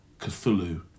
cthulhu